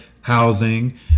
housing